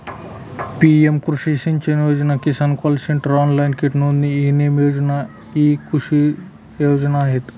PM कृषी सिंचन योजना, किसान कॉल सेंटर, ऑनलाइन कीट नोंदणी, ई नेम योजना इ कृषी योजना आहेत